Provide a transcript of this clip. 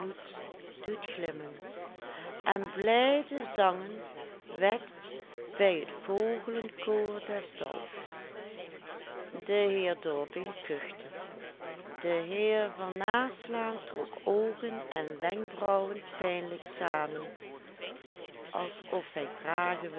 doet glimmen en blijde zangen wekt bij t vooglenkoor des dals de heer dorbeen kuchte de heer van naslaan trok oogen en wenkbrauwen pijnlijk samen als of hij vragen